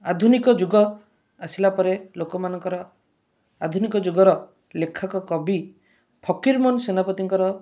ଆଧୁନିକ ଯୁଗ ଆସିଲା ପରେ ଲୋକମାନଙ୍କର ଆଧୁନିକ ଯୁଗର ଲେଖକ କବି ଫକୀର ମୋହନ ସେନାପତିଙ୍କର